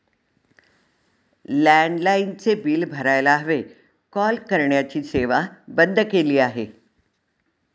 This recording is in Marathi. लँडलाइनचे बिल भरायला हवे, कॉल करण्याची सेवा बंद केली आहे